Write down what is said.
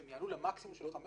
שהם יעלו למקסימום של 15%,